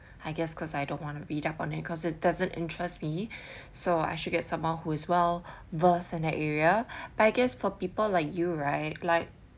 I guess cause I don't want to read up on it cause it doesn't interest me so I should get someone who is well versed in that area but I guess for people like you right like